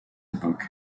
époque